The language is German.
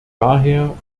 daher